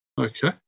Okay